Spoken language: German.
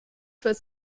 fürs